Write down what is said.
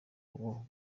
uwo